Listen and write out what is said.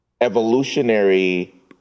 evolutionary